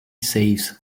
saves